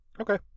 Okay